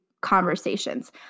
conversations